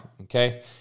okay